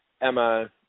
Emma